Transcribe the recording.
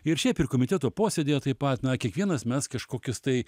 ir šiaip ir komiteto posėdyje taip pat na kiekvienas mes kažkokius tai